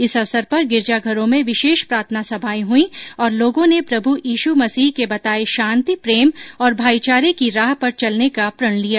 इस अवसर पर गिरिजाघरों में विशेष प्रार्थना सभाएं हुई और लोगों ने प्रभू इशू मसीह के बताये शांति प्रेम और भाई चारे की राह पर चलने का प्रण लिया